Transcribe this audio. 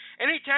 Anytime